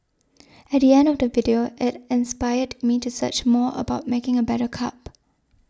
at the end of the video it inspired me to search more about making a better cup